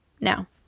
Now